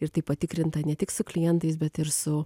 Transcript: ir tai patikrinta ne tik su klientais bet ir su